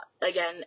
again